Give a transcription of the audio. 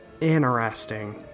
Interesting